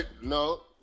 no